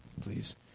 please